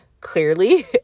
clearly